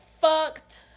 fucked